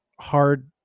Hard